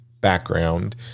background